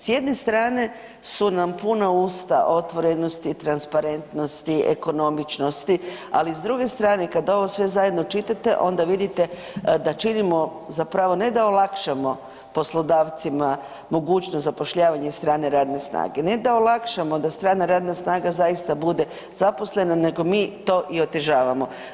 S jedne strane su nam puna usta otvorenosti, transparentnosti, ekonomičnosti, ali s druge strane kad ovo sve zajedno čitate onda vidite da činimo zapravo ne da olakšamo poslodavcima mogućnost zapošljavanja strane radne snage, ne da olakšamo da strana radna snaga zaista bude zaposlena nego mi to i otežavamo.